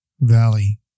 valley